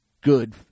good